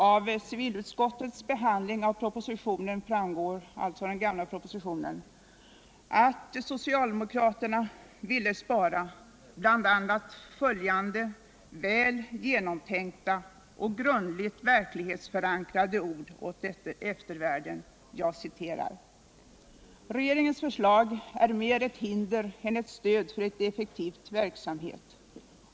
Av civilutskottets behandling av den propositionen framgår att socialdemokraterna ville spara bl.a. följande väl genomtänkta och grundligt verklighetsförankrade ord åt eftervärlden: ”Regeringens förslag är mer ett hinder än ett stöd för en effektiv verksamhet —-—--.